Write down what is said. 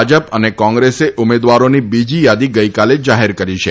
ભાજપ અને કોંગ્રેસે ઉમેદવારોની બીજી યાદી ગઇકાલે જાહેર કરી છે